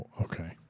Okay